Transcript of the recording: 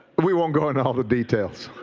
we won't go into all the details.